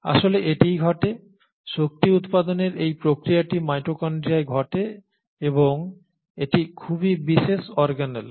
আসলে এটিই ঘটে শক্তি উৎপাদনের এই প্রক্রিয়াটি মাইটোকন্ড্রিয়ায় ঘটে এবং এটি খুবই বিশেষ অর্গানেল